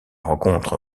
rencontre